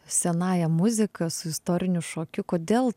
senąja muzika su istoriniu šokiu kodėl